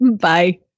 bye